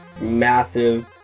massive